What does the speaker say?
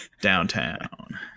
Downtown